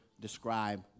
describe